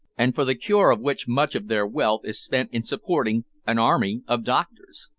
and for the cure of which much of their wealth is spent in supporting an army of doctors.